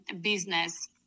business